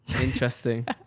Interesting